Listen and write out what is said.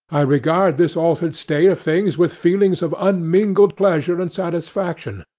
i regard this altered state of things with feelings of unmingled pleasure and satisfaction.